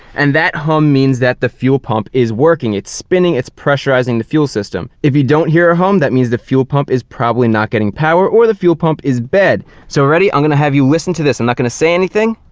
and that hum means that the fuel pump is working. it's spinning, it's pressurizing the fuel system. if you don't hear a hum, that means the fuel pump is probably not getting power or the fuel pump is bad. so, ready? i'm going to have you listen to this. i'm and not going to say anything.